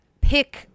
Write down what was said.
pick